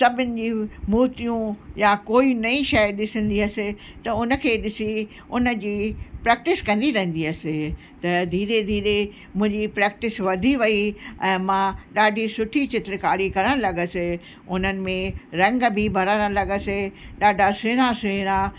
सभिनी मूर्तियूं या कोई नई शइ ॾिसंदी हुअसि त उन खे ॾिसी उन जी प्रैक्टिस कंदी रहंदी हुअसि त धीरे धीरे मुंहिंजी प्रैक्टिस वधी वई ऐं मां ॾाढी सुठी चित्रकारी करणु लॻियसि उन्हनि में रंग बि भरणु लॻियसि ॾाढा सुहिणा सुहिणा